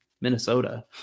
minnesota